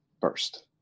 first